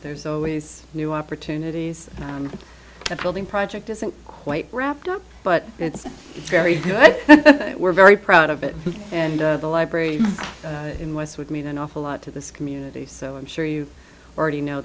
there's always new opportunities around that building project isn't quite wrapped up but it's very good we're very proud of it and the library in west would mean an awful lot to this community so i'm sure you already know